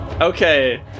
Okay